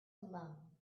alone